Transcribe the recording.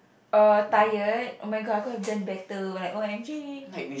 uh tired oh-my-god I could have done better oh like O_M_G